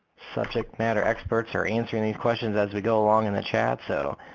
subject matter experts are answering these questions as we go along in the chat so.